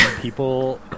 People